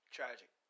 Tragic